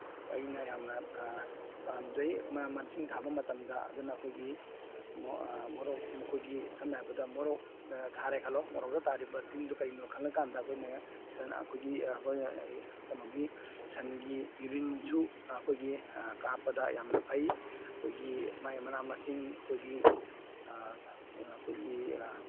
ꯑꯩꯅ ꯌꯥꯝꯅ ꯄꯥꯝꯖꯩ ꯃꯅꯥ ꯃꯁꯤꯡ ꯊꯥꯕ ꯃꯇꯝꯗ ꯑꯗꯨꯅ ꯑꯩꯈꯣꯏꯒꯤ ꯃꯣꯔꯣꯛ ꯑꯩꯈꯣꯏꯒꯤ ꯁꯝꯅ ꯍꯥꯏꯔꯕꯗ ꯃꯣꯔꯣꯛ ꯊꯥꯔꯦ ꯈꯜꯂꯦ ꯃꯣꯔꯣꯛꯇ ꯇꯥꯔꯤꯕ ꯇꯤꯟꯗꯨ ꯀꯩꯅꯣ ꯈꯪꯂꯀꯥꯟꯗ ꯑꯩꯈꯣꯏꯅ ꯑꯩꯈꯣꯏꯒꯤ ꯑꯩꯈꯣꯏꯅ ꯀꯩꯅꯣꯒꯤ ꯁꯟꯒꯤ ꯌꯨꯔꯤꯟꯁꯨ ꯑꯩꯈꯣꯏꯒꯤ ꯀꯥꯞꯄꯗ ꯌꯥꯝꯅ ꯐꯩ ꯑꯩꯈꯣꯏꯒꯤ ꯃꯥꯏ ꯃꯅꯥ ꯃꯁꯤꯡ ꯑꯩꯈꯣꯏꯒꯤ ꯑꯩꯈꯣꯏꯒꯤ